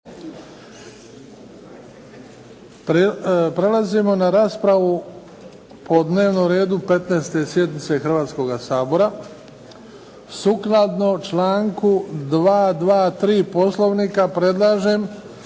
prelazimo na raspravu po dnevnom redu 15. sjednice Hrvatskoga sabora sukladno članku 223. Poslovnika. Predlažem